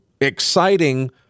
exciting